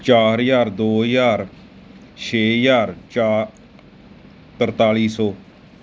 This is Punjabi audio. ਚਾਰ ਹਜ਼ਾਰ ਦੋ ਹਜ਼ਾਰ ਛੇ ਹਜ਼ਾਰ ਚਾ ਤਰਤਾਲੀ ਸੌ